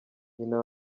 nyina